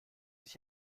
sich